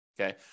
Okay